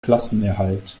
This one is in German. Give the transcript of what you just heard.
klassenerhalt